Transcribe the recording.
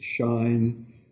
shine